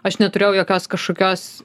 aš neturėjau jokios kažkokios